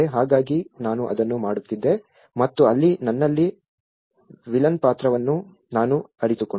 ಹಾಗಾಗಿ ನಾನು ಅದನ್ನು ಮಾಡುತ್ತಿದ್ದೆ ಮತ್ತು ಅಲ್ಲಿ ನನ್ನಲ್ಲಿ ವಿಲನ್ ಪಾತ್ರವನ್ನು ನಾನು ಅರಿತುಕೊಂಡೆ